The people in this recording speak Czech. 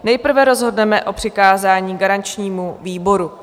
Nejprve rozhodneme o přikázání garančnímu výboru.